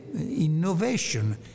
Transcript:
innovation